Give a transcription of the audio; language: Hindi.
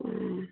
हाँ